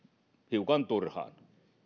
hiukan turhaan